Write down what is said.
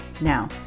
Now